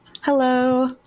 hello